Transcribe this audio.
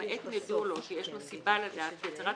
למעט אם ידוע לו או שיש לו סיבה לדעת כי הצהרת